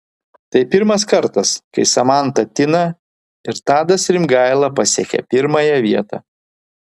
tai pirmas kartas kai samanta tina ir tadas rimgaila pasiekią pirmąją vietą